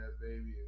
baby